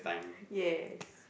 yes